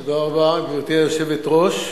גברתי היושבת-ראש,